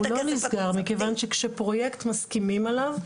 הוא לא נסגר, מכיוון שכשפרוייקט מסכימים עליו,